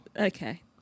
okay